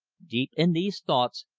deep in these thoughts,